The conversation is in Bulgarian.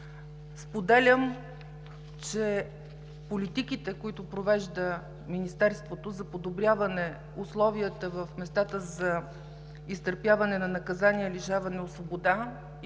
Споделям, че политиките, които провежда Министерството за подобряване на условията в местата за изтърпяване на наказание „лишаване от свобода“